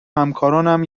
همکاران